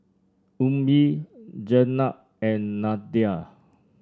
Ummi Jenab and Nadia